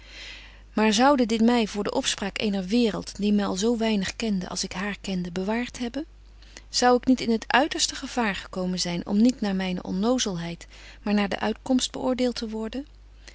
maar zoude dit my voor de opspraak eener waereld die my al zo weinig kende als ik haar kende bewaart hebben zou ik niet in het uiterste gevaar gekomen zyn om niet naar myne onnozelheid maar naar de uitkomst beoordeelt te worden